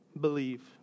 Believe